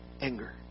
anger